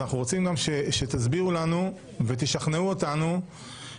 אז אנחנו רוצים גם שתסבירו לנו ותשכנעו אותנו שהצעת